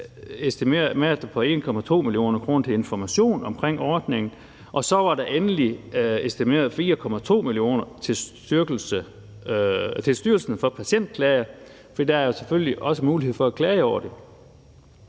kan der; 1,2 mio. kr. til information omkring ordningen; og så var der endelig estimeret 4,2 mio. kr. til Styrelsen for Patientklager, for der er selvfølgelig også mulighed for at klage over det.